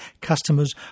customers